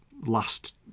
last